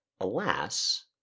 Alas